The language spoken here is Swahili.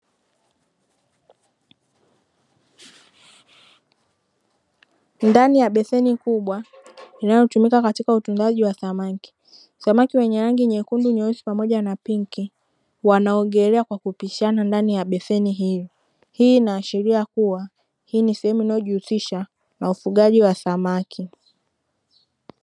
Ndani ya beseni kubwa inayotumika katika utendaji wa samaki samaki wenye rangi nyekundu, nyeusi, pamoja na pinki, wanaogelea kwa kupishana ndani ya beseni hiyo. Hii inaashiria kuwa hii ni sehemu inayojihusisha na ufugaji wa samaki.